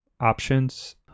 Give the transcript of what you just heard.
options